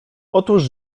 otóż